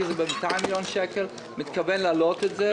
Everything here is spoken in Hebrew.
אני מתכוון להעלות את זה,